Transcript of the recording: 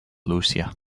lucia